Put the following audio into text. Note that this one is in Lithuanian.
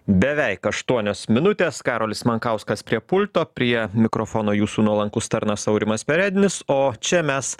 beveik aštuonios minutės karolis mankauskas prie pulto prie mikrofono jūsų nuolankus tarnas aurimas perednis o čia mes